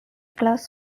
class